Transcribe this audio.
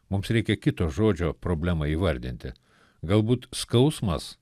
mums reikia kito žodžio problemai įvardinti galbūt skausmas